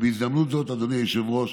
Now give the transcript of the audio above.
בהזדמנות זאת, אדוני היושב-ראש,